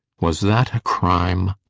was that a crime?